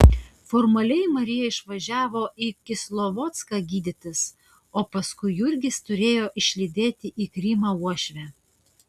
formaliai marija išvažiavo į kislovodską gydytis o paskui jurgis turėjo išlydėti į krymą uošvę